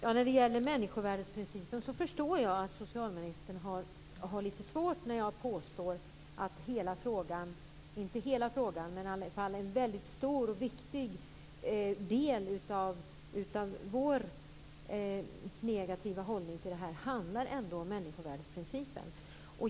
Herr talman! Jag förstår att socialministern har lite svårt när jag påstår att en väldigt stor och viktig del av vår negativa hållning till detta handlar om människovärdesprincipen.